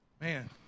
Man